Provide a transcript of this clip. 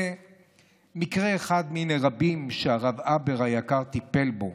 זה מקרה אחד מני רבים שהרב הבר היקר טיפל בהם.